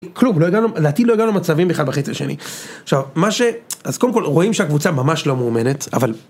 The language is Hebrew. כלום. לא הגענו... לדעתי לא הגענו למצבים בכלל בחצי שני עכשיו מה ש... אז קודם כל רואים שהקבוצה ממש לא מאומנת, אבל...